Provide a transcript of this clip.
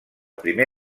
primer